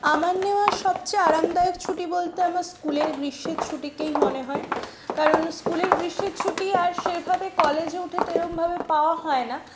আমার নেওয়া সবচেয়ে আরামদায়ক ছুটি বলতে আমার স্কুলের গ্রীষ্মের ছুটিকেই মনে হয় কারণ স্কুলের গ্রীষ্মের ছুটি আর সেইভাবে কলেজে উঠে সেরমভাবে পাওয়া হয় না